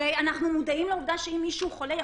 הרי אנחנו מודעים לעובדה שאם מישהו חולה הוא